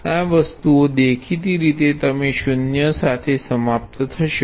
આ વસ્તુઓ દેખીતી રીતે તમે શૂન્ય સાથે સમાપ્ત થશો